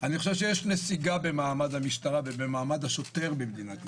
אני חושב שיש נסיגה במעמד המשטרה ובמעמד השוטר במדינת ישראל.